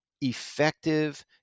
effective